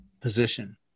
position